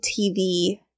tv